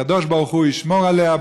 והקדוש ברוך הוא ישמור עליה.